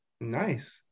Nice